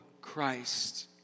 Christ